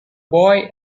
boy